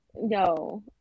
no